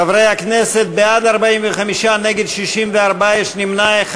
חברי הכנסת, בעד, 45, נגד, 64, יש נמנע אחד.